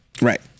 right